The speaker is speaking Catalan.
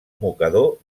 mocador